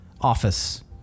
office